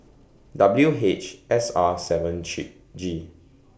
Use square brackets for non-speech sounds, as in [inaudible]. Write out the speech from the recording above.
W H S R seven [unintelligible] G